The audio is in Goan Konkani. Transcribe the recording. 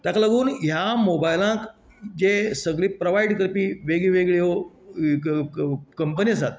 ताका लागून ह्या मोबायलांक जे सगळी प्रोवायड करपी वेगळ्यो वेगळ्यो कंपनी आसात